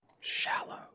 shallow